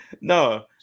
No